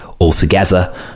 altogether